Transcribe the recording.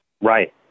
Right